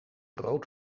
rood